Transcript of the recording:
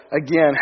again